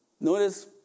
Notice